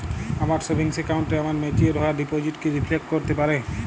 আমার সেভিংস অ্যাকাউন্টে আমার ম্যাচিওর হওয়া ডিপোজিট কি রিফ্লেক্ট করতে পারে?